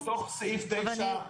אבל --- סעיף 9,